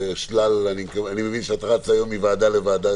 אני מבין שהיום את רצה מוועדה לוועדה,